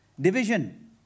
Division